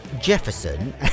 Jefferson